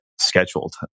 scheduled